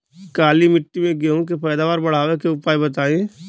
काली मिट्टी में गेहूँ के पैदावार बढ़ावे के उपाय बताई?